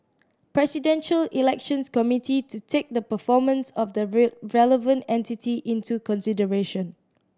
Presidential Elections Committee to take the performance of the relevant entity into consideration